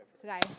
today